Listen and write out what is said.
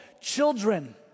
children